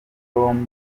bombi